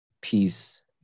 peace